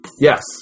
yes